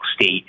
State